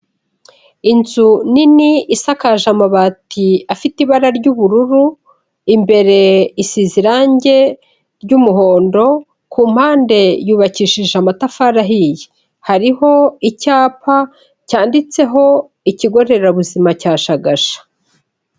Inzu nini isakaje amabati afite ibara ry'ubururu, imbere isize irangi ry'umuhondo, ku mpande yubakishije amatafari ahiye, hariho icyapa cyanditseho ikigo nderabuzima cya Shagasha.